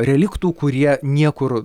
reliktų kurie niekur